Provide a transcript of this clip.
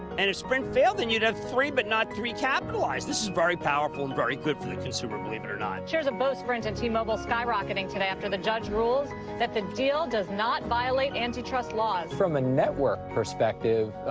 and if sprint failed then you'd have three, but not three capitalized. this is very powerful and very good for the consumer, believe it or not. shares of both sprint and t-mobile skyrocketing today after a judge rules that the deal does not violate antitrust laws. from a network perspective,